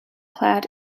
cloud